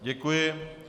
Děkuji.